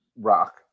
rock